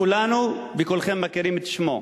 כולנו וכולכם מכירים את שמו.